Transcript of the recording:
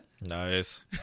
nice